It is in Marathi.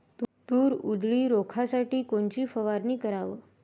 तूर उधळी रोखासाठी कोनची फवारनी कराव?